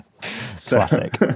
Classic